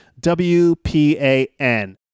WPAN